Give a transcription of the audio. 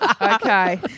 Okay